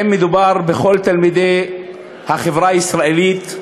האם מדובר בכל תלמידי החברה הישראלית,